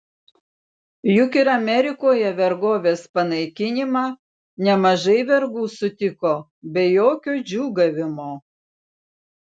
juk ir amerikoje vergovės panaikinimą nemažai vergų sutiko be jokio džiūgavimo